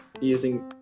using